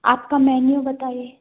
आपका मेन्यू बताइए